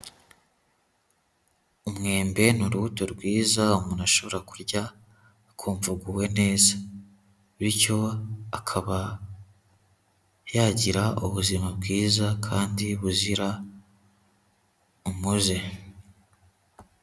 Umwembe ni urubuto rwiza umuntu ashobora, kurya akumva aguwe neza. Bityo akaba yagira ubuzima bwiza kandi buzira umuze.